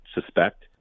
suspect